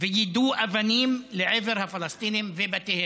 ויידו אבנים לעבר הפלסטינים ובתיהם.